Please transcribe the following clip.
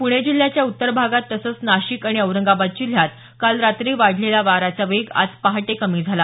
पूणे जिल्ह्याच्या उत्तर भागात तसंच नाशिक आणि औरंगाबाद जिल्ह्यात काल रात्री वाढलेला वाऱ्याचा वेग आज पहाटे कमी झाला